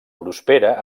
prospera